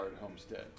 homestead